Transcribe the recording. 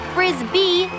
Frisbee